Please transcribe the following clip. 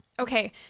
Okay